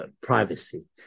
privacy